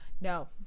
No